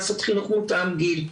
לעשות חינוך מותאם גיל.